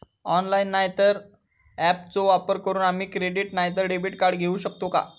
Online नाय तर ऍपचो वापर करून आम्ही क्रेडिट नाय तर डेबिट कार्ड घेऊ शकतो का?